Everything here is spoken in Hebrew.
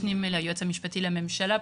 משנים ליועץ המשפטי לממשלה,